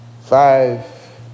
five